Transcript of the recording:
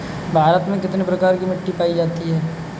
भारत में कितने प्रकार की मिट्टी पाई जाती है?